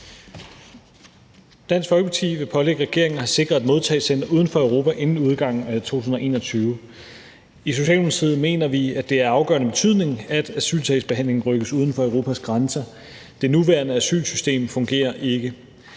Dansk Folkeparti vil pålægge regeringen at have sikret et modtagecenter uden for Europa inden udgangen af 2021. I Socialdemokratiet mener vi, at det er af afgørende betydning, at asylsagsbehandlingen rykkes uden for Europas grænser. Det nuværende asylsystem fungerer ikke.